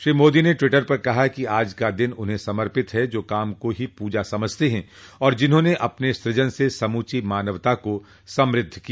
श्री मोदी ने ट्वीटर पर कहा कि आज का दिन उन्हें समर्पित है जो काम को ही पूजा समझते हैं और जिन्होंने अपने सूजन से समूची मानवता को समूद्ध किया